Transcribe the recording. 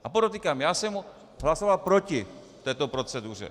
A podotýkám, já jsem hlasoval proti této proceduře.